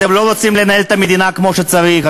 אתם לא רוצים לנהל את המדינה כמו שצריך,